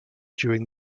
during